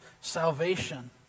salvation